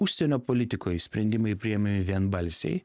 užsienio politikoj sprendimai priėma i vienbalsiai